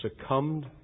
succumbed